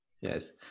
Yes